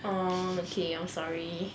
oh okay I'm sorry